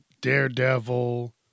Daredevil